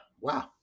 Wow